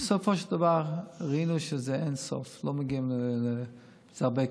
ובסופו של דבר, ראינו שאין לזה סוף, זה הרבה כסף.